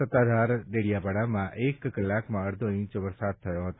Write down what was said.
સત્તાવાર ડેડીયાપાડામાં એક કલાકમાં અર્ધો ઇંચ વરસાદ થયો હતો